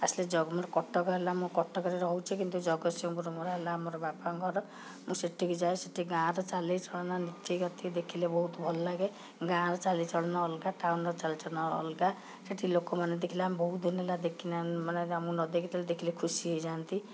ଆସିଲେ କଟକ ହେଲା ମୋ କଟକରେ ରହୁଛି କିନ୍ତୁ ଜଗତସିଂପୁର ମୋର ହେଲା ଆମର ହେଲା ବାପାଙ୍କ ଘର ମୁଁ ସେଠିକି ଯାଏ ସେଠି ଗାଁର ଚାଲିଚଳଣ ନିତି ଗତି ଦେଖିଲେ ବହୁତ ଭଲ ଲାଗେ ଗାଁର ଚାଲିଚଳଣ ଅଲଗା ଟାଉନର ଚାଲିଚଳଣ ଅଲଗା ସେଠି ଲୋକମାନେ ଦେଖିଲେ ଆମେ ବହୁତ ଦିନ ହେଲା ମାନେ ଆମକୁ ନଦେଖିଥିଲେ ଦେଖିଲେ ଖୁସି ହେଇଯାନ୍ତି